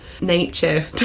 nature